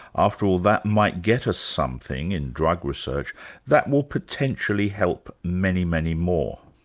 after all, that might get us something in drug research that will potentially help many, many more.